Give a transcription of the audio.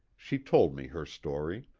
she told me her story.